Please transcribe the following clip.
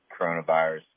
coronavirus